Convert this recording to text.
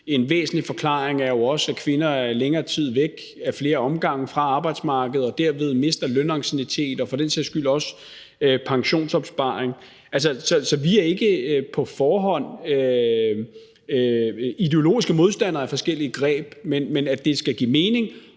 en væsentlig forklaring er jo også, at kvinder er længere tid væk af flere omgange fra arbejdsmarkedet og derved mister lønanciennitet og for den sags skyld også pensionsopsparing. Så vi er ikke på forhånd ideologiske modstandere af forskellige greb, men det skal give mening,